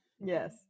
yes